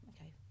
okay